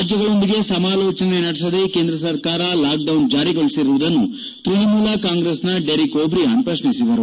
ರಾಜ್ಯಗಳೊಂದಿಗೆ ಸಮಾಲೋಜನ ನಡೆಸದೇ ಕೇಂದ್ರ ಸರ್ಕಾರ ಲಾಕ್ಡೌನ್ ಜಾರಿಗೊಳಿಸಿರುವುದನ್ನು ತ್ಯಣಮೂಲ ಕಾಂಗ್ರೆಸ್ನ ಡೆರಿಕ್ ಓಪ್ರಿಯನ್ ಪ್ರಕ್ನಿಸಿದರು